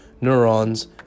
neurons